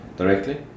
directly